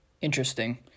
Interesting